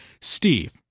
Steve